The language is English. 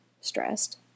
stressed